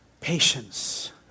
patience